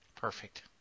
Perfect